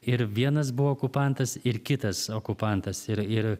ir vienas buvo okupantas ir kitas okupantas ir ir